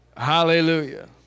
Hallelujah